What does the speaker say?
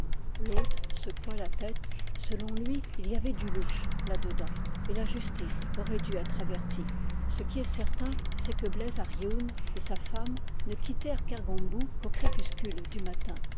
l'hôte secoua la tête selon lui il y avait du louche là dedans et la justices aurait dû être avertie ce qui est certain c'est que bleiz ar yeun et sa femme ne quittèrent kergombou qu'au crépuscule du matin